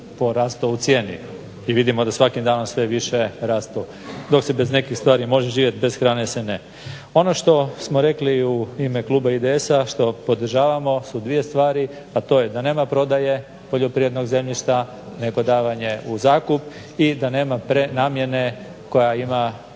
porastao u cijeni i vidimo da svakim danom sve više rastu. Dokumentacija se bez nekih stvari može živjeti, bez hrane se ne može. Ono što smo rekli u ime kluba IDS-a što podržavamo su dvije stvari, a to je da nema prodaje poljoprivrednog zemljišta nego davanje u zakup i da nema prenamjene koja ima